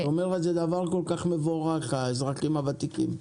את אומרת שזה דבר כל כך מבורך, האזרחים הוותיקים.